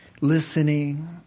Listening